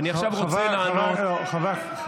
ואני עכשיו רוצה לענות, חברי הכנסת.